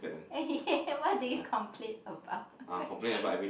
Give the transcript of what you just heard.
okay what do you complain about